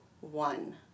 one